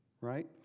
right